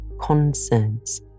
concerts